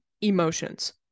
emotions